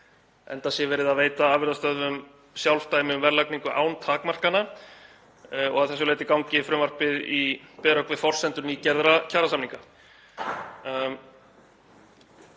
enda sé verið að veita afurðastöðvum sjálfdæmi um verðlagningu án takmarkana og að þessu leyti gangi frumvarpið í berhögg við forsendur nýgerðra kjarasamninga.